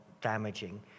damaging